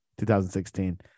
2016